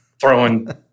throwing